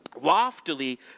Loftily